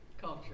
Culture